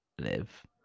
live